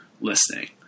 listening